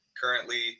currently